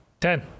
ten